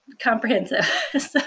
comprehensive